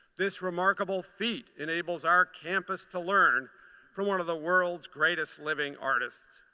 this remarkable feat enables our campus to learn from one of the world's greatest living artists.